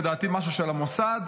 לדעתי משהו של המוסד.